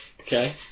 okay